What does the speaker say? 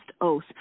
oath